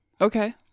Okay